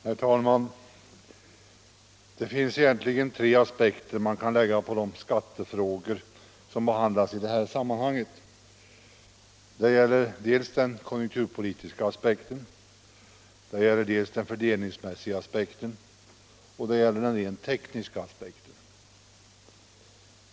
Herr talman! Det finns egentligen tre aspekter man kan lägga på de skattefrågor som behandlas i det här sammanhanget. Det gäller dels den konjunkturpolitiska aspekten, dels den fördelningsmässiga aspekten, dels den rent tekniska aspekten.